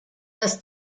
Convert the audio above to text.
das